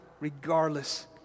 regardless